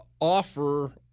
offer